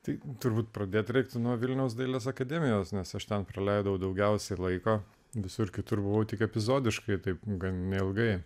tai turbūt pradėti reiktų nuo vilniaus dailės akademijos nes aš ten praleidau daugiausiai laiko visur kitur buvau tik epizodiškai taip gan neilgai